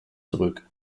zurück